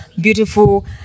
beautiful